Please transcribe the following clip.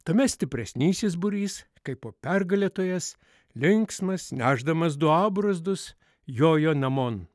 tame stipresnysis būrys kai po pergalėtojas linksmas nešdamas du abrozdus jojo namon